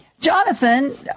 Jonathan